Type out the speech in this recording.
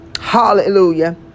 Hallelujah